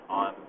on